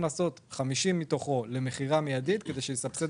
לעשות 50 מתוכו למכירה מיידית כדי שיסבסד